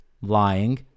lying